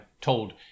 told